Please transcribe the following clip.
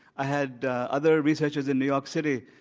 i had other researchers in new york city.